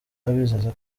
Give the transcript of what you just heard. abizeza